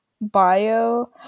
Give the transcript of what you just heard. bio